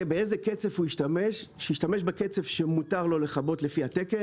באיזה קצף הוא ישתמש שישתמש בקצף שמותר לו לכבות לפי התקן.